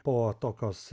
po tokios